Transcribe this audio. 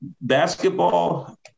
basketball